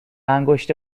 انگشت